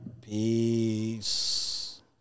Peace